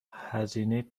هزینه